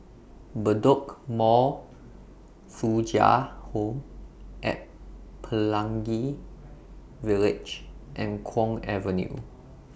Bedok Mall Thuja Home At Pelangi Village and Kwong Avenue